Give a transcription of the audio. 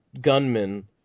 gunmen